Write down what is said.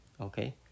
okay